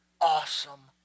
awesome